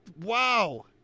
Wow